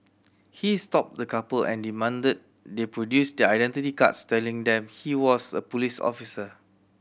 he stopped the couple and demanded they produce their identity cards telling them he was a police officer